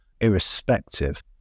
irrespective